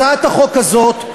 הצעת החוק הזאת,